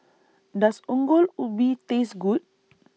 Does Ongol Ubi Taste Good